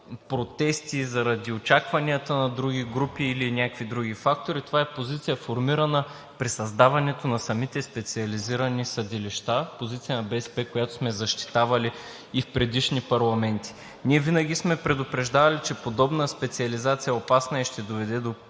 протести, заради очакванията на други групи или някакви други фактори, е позиция, формирана при създаването на самите специализирани съдилища – позиция на БСП, която сме защитавали и в предишни парламенти. Ние винаги сме предупреждавали, че подобна специализация е опасна и ще доведе до